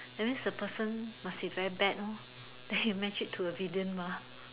that means the person must be very bad hor that you match it to a villain mah